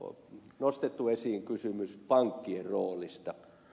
on nostettu esiin kysymys pankkien roolista